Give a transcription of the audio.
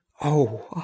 Oh